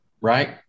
right